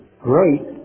great